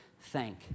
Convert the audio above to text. thank